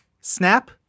Snap